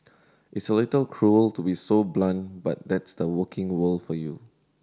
it's a little cruel to be so blunt but that's the working world for you